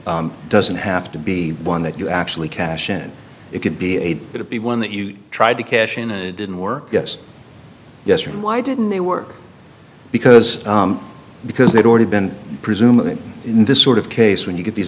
doesn't have to be one that you actually cash in it could be a bit of the one that you tried to cash in it didn't work yes yes and why didn't they work because because they'd already been presumably in this sort of case when you get these